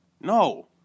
No